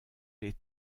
les